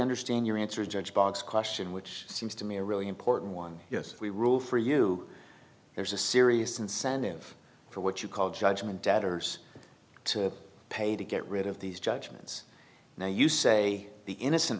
understand your answer judge boggs question which seems to me a really important one yes if we rule for you there's a serious incentive for what you call judgment debtors to pay to get rid of these judgments now you say the innocent